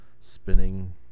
spinning